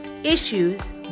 Issues